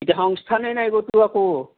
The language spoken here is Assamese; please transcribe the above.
এতিয়া সংস্থানে নাই ক'তো একো